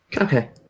Okay